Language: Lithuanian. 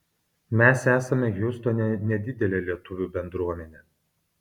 mes esame hjustone nedidelė lietuvių bendruomenė